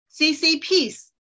CCP's